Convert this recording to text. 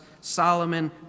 Solomon